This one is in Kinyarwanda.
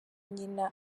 nyina